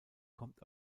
kommt